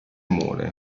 muore